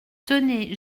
tenez